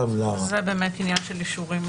זה באמת עניין של אישורים